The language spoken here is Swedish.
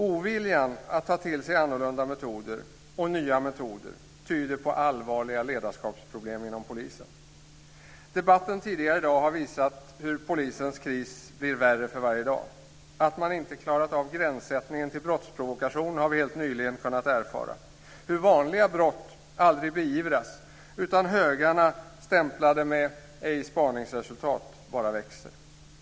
Oviljan att ta till sig annorlunda metoder och nya metoder tyder på allvarliga ledarskapsproblem inom polisen. Debatten tidigare i dag har visat hur polisens kris blir värre för varje dag. Att man inte har klarat av gränssättningen till brottsprovokation har vi helt nyligen kunnat erfara. Vi har också kunnat erfara hur vanliga brott aldrig beivras och hur högarna stämplade med "ej spaningsresultat" bara växer.